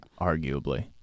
arguably